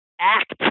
act